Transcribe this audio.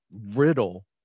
riddle